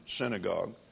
synagogue